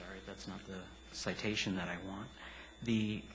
sorry that's not the citation that i want the